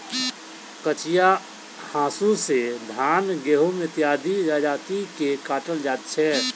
कचिया हाँसू सॅ धान, गहुम इत्यादि जजति के काटल जाइत छै